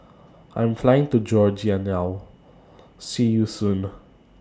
I Am Flying to Georgia now See YOU Soon